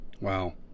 Wow